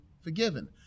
forgiven